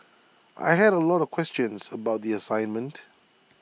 I had A lot of questions about the assignment